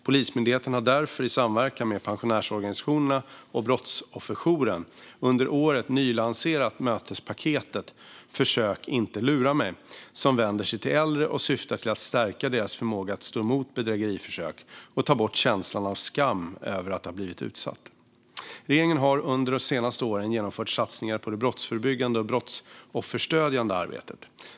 Polismyndigheten har därför i samverkan med pensionärsorganisationerna och Brottsofferjouren under året nylanserat mötespaketet Försök inte lura mig, som vänder sig till äldre och syftar till att stärka deras förmåga att stå emot bedrägeriförsök och ta bort känslan av skam över att ha blivit utsatt. Regeringen har under de senaste åren genomfört satsningar på det brottsförebyggande och brottsofferstödjande arbetet.